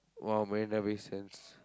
!wow! Marina-Bay-Sands